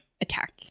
Attack